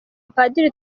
padiri